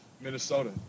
Minnesota